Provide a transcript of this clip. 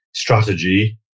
strategy